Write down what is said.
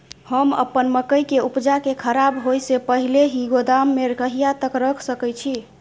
हम अपन मकई के उपजा के खराब होय से पहिले ही गोदाम में कहिया तक रख सके छी?